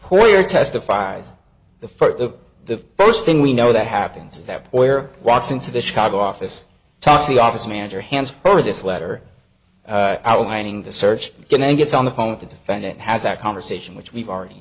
poor testifies the for the first thing we know that happens is that where walks into the chicago office talks the office manager hands over this letter outlining the search going and gets on the phone with the defendant has that conversation which we've already